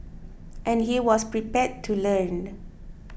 and he was prepared to learn